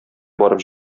барып